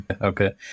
okay